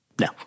No